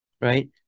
right